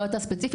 לא אתה ספציפית,